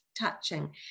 touching